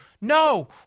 No